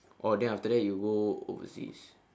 oh then after that you go overseas